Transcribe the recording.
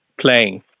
playing